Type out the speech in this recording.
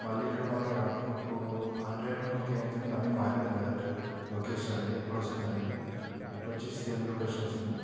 మళ్ళీ ఇక్కడ మాకు మాకు ఆన్లైన్లో మాకు ఏమైంది అంటే మళ్ళీ మారిపోయింది అది లొకేషన్ అనేది ఎప్పుడు వస్తుందనేది ఇప్పుడు వచ్చేసి సేమ్ లొకేషన్ వస్తుంది